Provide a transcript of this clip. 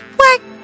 work